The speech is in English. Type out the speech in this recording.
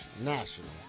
National